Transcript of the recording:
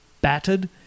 battered